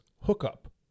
hookup